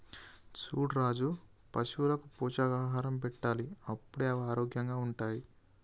చూడు రాజు పశువులకు పోషకాహారం పెట్టాలి అప్పుడే అవి ఆరోగ్యంగా ఉంటాయి